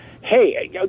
Hey